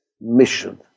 mission